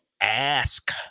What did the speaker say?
ask